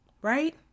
right